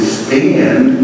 stand